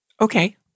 Okay